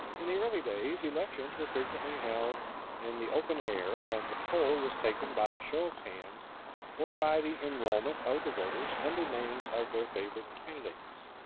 in the early days elections were frequently held in the open air and the poll was taken by a show of hands or by the enrollment of the voters under names of their favorite candidates.